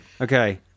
Okay